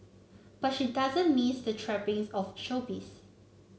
but she doesn't miss the trappings of showbiz